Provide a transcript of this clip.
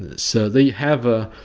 ah so they have a,